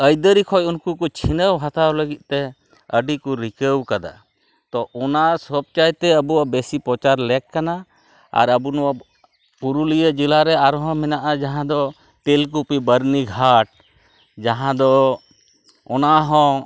ᱟᱹᱭᱫᱟᱹᱨᱤ ᱠᱷᱚᱱ ᱩᱱᱠᱩ ᱠᱚ ᱪᱷᱤᱱᱟᱹᱣ ᱦᱟᱛᱟᱣ ᱞᱟᱹᱜᱤᱫᱛᱮ ᱟᱹᱰᱤᱠᱚ ᱨᱤᱠᱟᱹᱣ ᱠᱟᱫᱟ ᱛᱚ ᱚᱱᱟ ᱥᱚᱵ ᱪᱟᱭᱛᱮ ᱵᱮᱥᱤ ᱯᱚᱪᱟᱨ ᱞᱮᱠ ᱠᱟᱱᱟ ᱟᱨ ᱟᱵᱚ ᱱᱚᱣᱟ ᱯᱩᱨᱩᱞᱤᱭᱟᱹ ᱡᱮᱞᱟᱨᱮ ᱟᱨᱦᱚᱸ ᱢᱮᱱᱟᱜᱼᱟ ᱡᱟᱦᱟᱸᱫᱚ ᱛᱮᱞᱠᱩᱯᱤ ᱵᱟᱹᱨᱱᱤ ᱜᱷᱟᱴ ᱡᱟᱦᱟᱸᱫᱚ ᱚᱱᱟᱦᱚᱸ